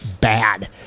bad